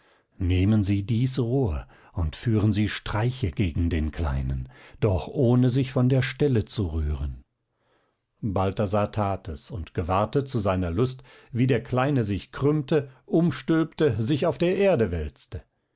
nehmen sie dies rohr und führen sie streiche gegen den kleinen doch ohne sich von der stelle zu rühren balthasar tat es und gewahrte zu seiner lust wie der kleine sich krümmte umstülpte sich auf der erde wälzte